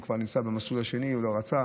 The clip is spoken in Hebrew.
הוא כבר היה נמצא במסלול השני והוא לא רצה,